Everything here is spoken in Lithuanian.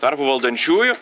arba valdančiųjų